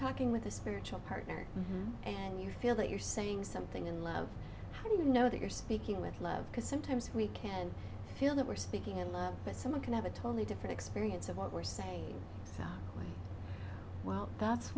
talking with a spiritual partner and you feel that you're saying something in love do you know that you're speaking with love because sometimes we can feel that we're speaking and that someone can have a totally different experience of what we're saying well that's